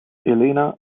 elena